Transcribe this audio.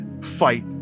fight